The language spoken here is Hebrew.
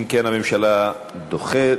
אם כן, הממשלה דוחה.